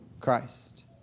Christ